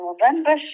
November